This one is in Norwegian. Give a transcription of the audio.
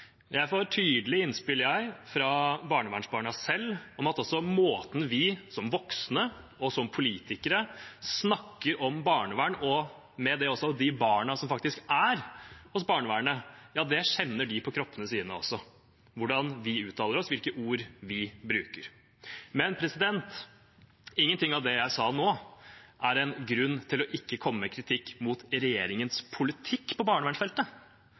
Jeg får tydelige innspill fra barnevernsbarna om at også måten vi som voksne og som politikere snakker om barnevern på, og med det også de barna som er i barnevernet, kjenner de på kroppen – hvordan vi uttaler oss, hvilke ord vi bruker. Men ingenting av det jeg nå sa, er en grunn til ikke å komme med kritikk av regjeringens politikk på barnevernsfeltet.